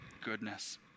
goodness